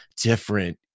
different